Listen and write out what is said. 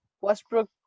Westbrook